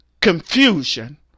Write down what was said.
confusion